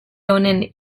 honen